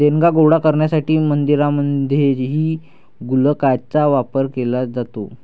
देणग्या गोळा करण्यासाठी मंदिरांमध्येही गुल्लकांचा वापर केला जातो